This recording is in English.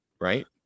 right